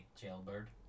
Jailbird